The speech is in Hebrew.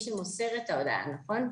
מי שמוסר את ההודעה, נכון?